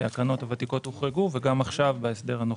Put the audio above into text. הקרנות הוותיקות הוחרגו, וגם עכשיו, בהסדר הנוכחי,